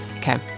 okay